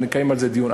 נקיים על זה דיון.